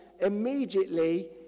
immediately